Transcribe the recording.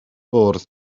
bwrdd